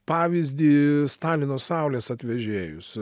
pavyzdį stalino saulės atvežėjus